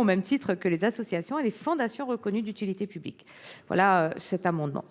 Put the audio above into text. au même titre que les associations et les fondations reconnues d’utilité publique. La parole est